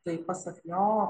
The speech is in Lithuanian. tai pasak jo